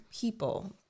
People